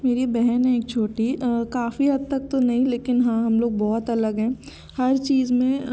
मेरी बहन है एक छोटी काफ़ी हद तक तो नहीं लेकिन हाँ हम लोग बहुत अलग है हर चीज में